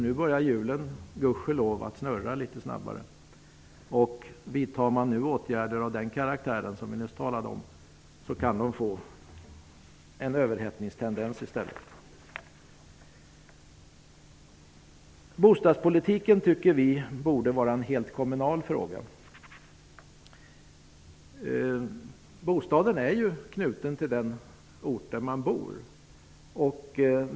Nu börjar hjulen gudskelov att snurra litet snabbare. Vidtar man nu åtgärder av den karaktär som vi nyss talade om kan vi få en överhettningstendens i stället. Vi tycker att bostadspolitiken borde vara en helt kommunal fråga. Bostaden är ju knuten till den ort där man bor.